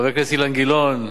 חבר הכנסת אילן גילאון,